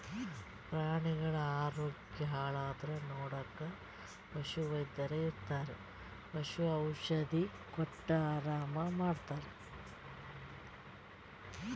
ಪ್ರಾಣಿಗಳ್ ಆರೋಗ್ಯ ಹಾಳಾದ್ರ್ ನೋಡಕ್ಕ್ ಪಶುವೈದ್ಯರ್ ಇರ್ತರ್ ಪಶು ಔಷಧಿ ಕೊಟ್ಟ್ ಆರಾಮ್ ಮಾಡ್ತರ್